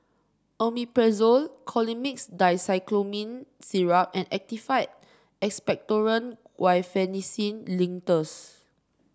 Omeprazole Colimix Dicyclomine Syrup and Actified Expectorant Guaiphenesin Linctus